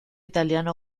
italiano